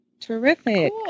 Terrific